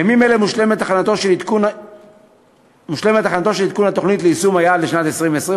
בימים אלה מושלמת ההכנה של עדכון התוכנית ליישום היעד לשנת 2020,